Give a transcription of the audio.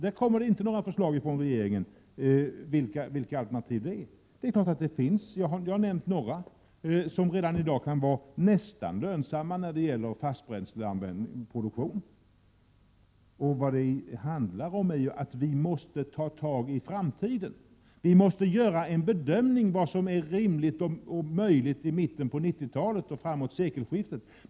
Där har regeringen inte några förslag till vad det skulle kunna handla om. Det är klart att det finns alternativ. Jag har nämnt några alternativ när det gäller produktion av fast bränsle, vilka redan i dag nästan kan vara lönsamma. Vad det handlar om är att vi måste göra en bedömning av vad som är rimligt och möjligt i mitten av 90-talet och fram emot sekelskiftet.